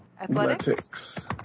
Athletics